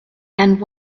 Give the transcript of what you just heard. and